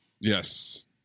Yes